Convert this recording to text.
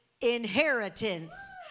inheritance